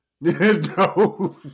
No